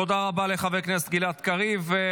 תודה רבה לחבר הכנסת גלעד קריב.